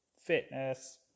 fitness